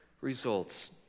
results